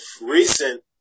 recent